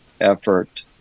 effort